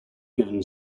given